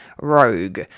rogue